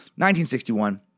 1961